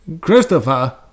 Christopher